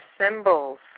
symbols